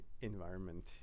environment